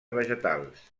vegetals